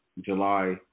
July